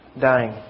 dying